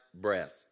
breath